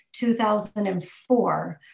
2004